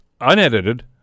Unedited